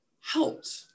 helped